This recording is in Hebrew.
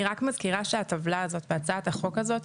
אני רק מזכירה שהטבלה הזאת בהצעת החוק הזאת